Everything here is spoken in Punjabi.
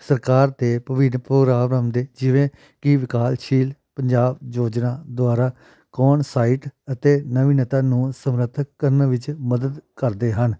ਸਰਕਾਰ ਅਤੇ ਜਿਵੇਂ ਕਿ ਵਿਕਾਸਸ਼ੀਲ ਪੰਜਾਬ ਯੋਜਨਾ ਦੁਆਰਾ ਕੌਣ ਸਾਈਡ ਅਤੇ ਨਵੀਨਤਾ ਨੂੰ ਸਮਰਥਕ ਕਰਨ ਵਿੱਚ ਮਦਦ ਕਰਦੇ ਹਨ